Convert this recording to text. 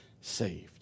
saved